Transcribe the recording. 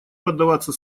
поддаваться